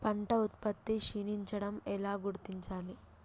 పంట ఉత్పత్తి క్షీణించడం ఎలా గుర్తించాలి?